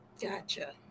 Gotcha